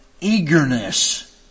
eagerness